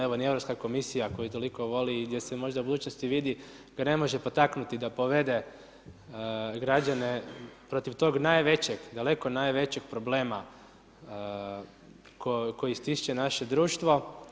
Evo ni Europska komisija koju toliko voli i gdje se možda u budućnosti vidi, ga ne može potaknuti da povede građane protiv tog najvećeg, daleko najvećeg problema koji stišće naše društvo.